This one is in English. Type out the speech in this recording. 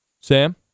Sam